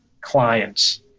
clients